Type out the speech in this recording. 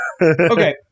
Okay